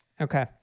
Okay